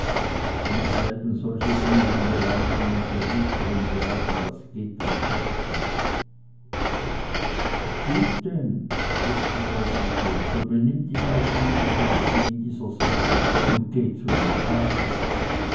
wenn dieselben solche elende launen und beweggründe haben was geht das mich an gut denn rief frau regel so benimm dich auch anders als sie in dieser sache und geh zu den wahlen